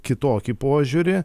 kitokį požiūrį